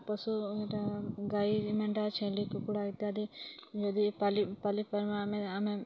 ପଶୁ ଇ'ଟା ଗାଈ ମେଣ୍ଢା ଛେଳି କୁକୁଡ଼ା ଇତ୍ୟାଦି ଯଦି ପାଳି ପାଳି ପାର୍ମା ଆମେ ଆମେ